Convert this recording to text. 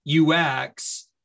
UX